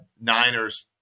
Niners